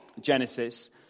Genesis